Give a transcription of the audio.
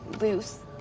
loose